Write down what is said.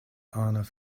arnav